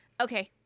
Okay